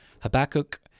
Habakkuk